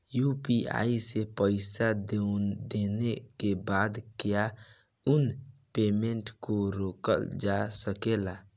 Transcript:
UPI से पईसा देने के बाद क्या उस पेमेंट को रोकल जा सकेला?